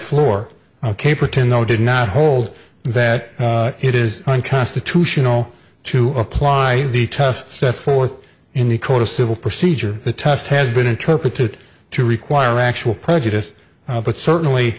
floor ok pretend no did not hold that it is unconstitutional to apply the test set forth in the court of civil procedure the test has been interpreted to require actual prejudice but certainly